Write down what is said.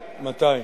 מתי?